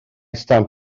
stamp